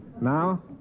Now